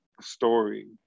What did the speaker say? story